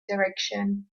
direction